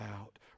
out